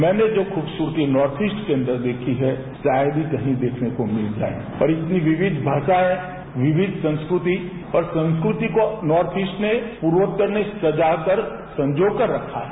मैंने जो खूबसूरती नार्थ ईस्ट के अंदर देखी है शायद ही कहीं देखने को मिल जाए और इतनी विक्वि भाषाएं विक्वि संस्कृति और संस्कृति को नॉर्थ ईस्ट ने प्रर्केत्तर ने सजा कर संजोकर रखा है